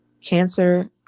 Cancer